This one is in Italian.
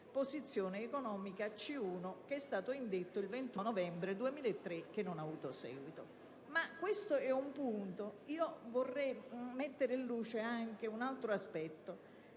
posizione economica C1) che è stato indetto il 21 novembre 2003 e che non ha avuto seguito. Questo è un punto; ma vorrei mettere in luce anche un altro aspetto.